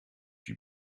die